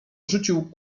rzucił